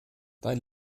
dein